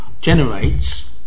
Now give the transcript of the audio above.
generates